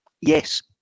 yes